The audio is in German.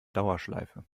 dauerschleife